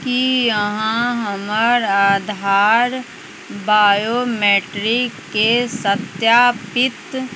कि अहाँ हमर आधार बायोमेट्रिककेँ सत्यापित